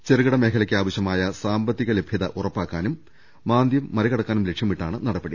ചെറുകിട മേഖലയ്ക്ക് ആവശ്യമായ സാമ്പത്തിക ലഭ്യത ഉറപ്പാ ക്കാനും മാന്ദ്യം മറികടക്കാനും ലക്ഷ്യമിട്ടാണ് നടപടി